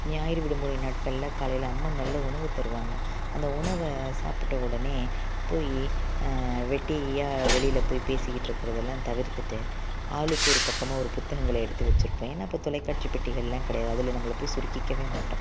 ஞாயிறு விடுமுறை நாட்களில் காலையில் அம்மா நல்ல உணவு தருவாங்க அந்த உணவை சாப்பிட்ட உடனே போய் வெட்டியாக வெளியில் போய் பேசிக்கிட்டிருக்குறதெல்லாம் தவிர்த்துட்டு ஆளுக்கு ஒரு பக்கமாக ஒரு புத்தகங்களை எடுத்து வச்சுருப்போம் ஏன்னால் அப்போ தொலைகாட்சி பெட்டிகளெலாம் கிடையாது அதில் நம்பளை போய் சுருக்கிக்கவே மாட்டோம்